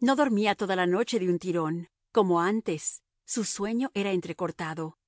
no dormía toda la noche de un tirón como antes su sueño era entrecortado